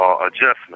adjustment